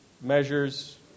measures